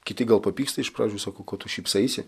kiti gal papyksta iš pradžių sakau ko tu šypsaisi